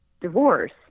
divorce